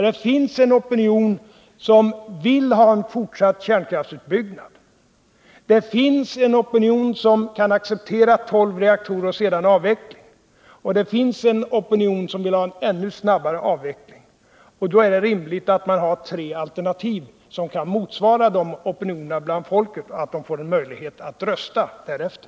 Det finns en opinion som vill ha en fortsatt kärnkraftsutbyggnad, det finns en opinion som kan acceptera tolv reaktorer och sedan avveckling och det finns en opinion som vill ha en ännu snabbare avveckling. Då är det rimligt att man har tre alternativ som kan motsvara de opinionerna bland folket och att människor får möjlighet att rösta därefter.